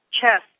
chess